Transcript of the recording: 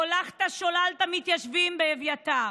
הולכת שולל את המתיישבים באביתר,